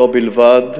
זאת בלבד,